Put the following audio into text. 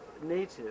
Native